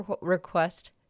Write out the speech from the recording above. request